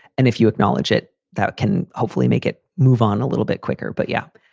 and if you acknowledge it, that can hopefully make it move on a little bit quicker. but yep.